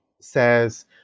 says